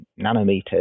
nanometers